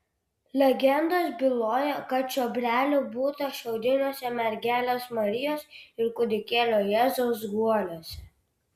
legendos byloja kad čiobrelių būta šiaudiniuose mergelės marijos ir kūdikėlio jėzaus guoliuose